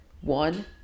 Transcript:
One